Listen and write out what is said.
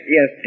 Yes